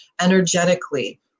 energetically